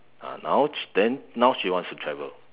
ah now then now she wants to travel